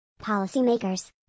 policymakers